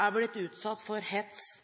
er blitt utsatt for hets